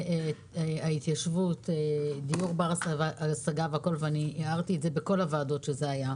דיור בר השגה בהתיישבות בוועדות השונות.